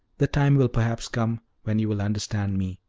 the time will perhaps come when you will understand me,